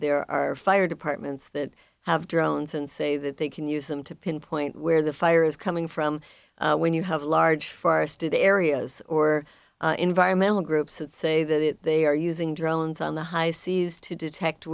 there are fire departments that have drones and say that they can use them to pinpoint where the fire is coming from when you have large forested areas or environmental groups that say that they are using drones on the high seas to detect